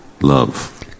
love